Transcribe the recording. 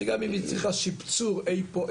שגם אם היא צריכה שיפצור אי פה,